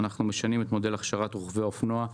אנחנו משנים את מודל הכשרת רוכבי האופנוע.